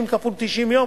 30 כפול 90 יום,